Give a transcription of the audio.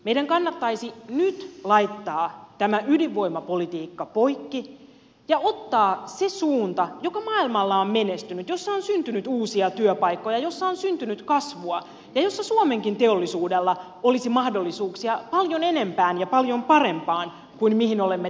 meidän kannattaisi nyt laittaa tämä ydinvoimapolitiikka poikki ja ottaa se suunta joka maailmalla on menestynyt jossa on syntynyt uusia työpaikkoja jossa on syntynyt kasvua ja jossa suomenkin teollisuudella olisi mahdollisuuksia paljon enempään ja paljon parempaan kuin mihin olemme tähän asti pystyneet